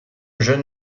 jeune